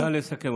נא לסכם,